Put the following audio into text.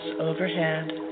overhead